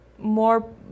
more